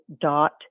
dot